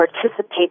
participate